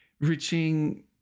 reaching